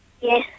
Yes